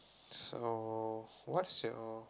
so what's your